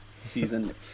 season